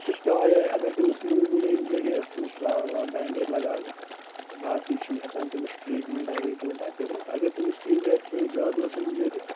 سُہ چھِ پٮ۪وان یِہوٚے اگر تٔمِس موموٗلی اِنجَری ٲسۍ تٔمِس چھِ بینڈیڈ لگاونہٕ تہٕ باقٕے چھِنہٕ ہٮ۪کان تٔمِس ٹرٛیٖٹمینٹا ویٖٹمینٛٹا کٔرِتھ اگر تٔمِس سیٖویَر کیٚنٛہہ زیادٕ اوس اِنجری